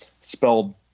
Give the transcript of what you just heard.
spelled